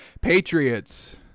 Patriots